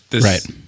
Right